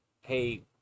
hey